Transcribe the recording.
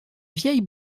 vieille